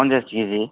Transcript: फनसास केजि